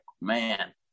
man